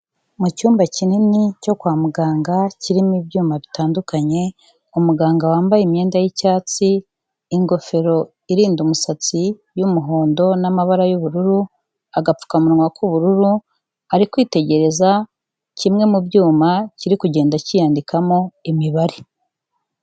Mu cyumba kinini cyo kwa muganga kirimo ibyuma bitandukanye, umuganga wambaye imyenda y'icyatsi, ingofero irinda umusatsi y'umuhondo n'amabara y'ubururu, agapfukamunwa k'ubururu, ari kwitegereza kimwe mu byuma kiri kugenda kiyandikamo imibare.